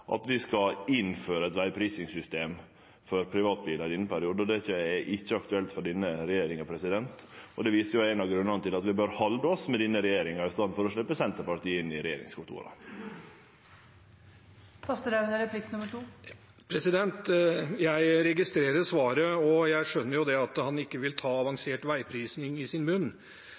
at vi skal innføre eit vegprisingssystem for privatbilar i denne perioden. Det er ikkje aktuelt for denne regjeringa, og det viser ein av grunnane til at vi bør halde oss med denne regjeringa i staden for å sleppe Senterpartiet inn i regjeringskontora. Jeg registrerer svaret, og jeg skjønner at han ikke vil ta ordet «avansert veiprising» i sin munn.